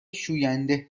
شوینده